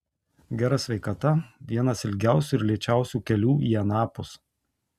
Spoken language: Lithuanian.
gera sveikata vienas ilgiausių ir lėčiausių kelių į anapus